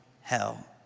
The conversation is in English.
hell